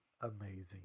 amazing